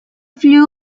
flew